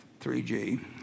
3g